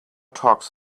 talks